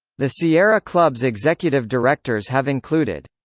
the sierra club's executive directors have included